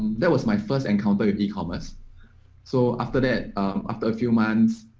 that was my first encounter ecommerce so after that after a few months,